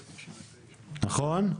נכון?